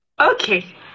Okay